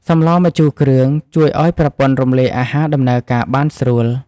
សម្លម្ជូរគ្រឿង ជួយឱ្យប្រព័ន្ធរំលាយអាហារដំណើរការបានស្រួល។